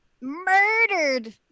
Murdered